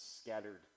scattered